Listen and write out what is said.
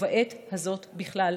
ובעת הזאת בכלל,